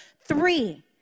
three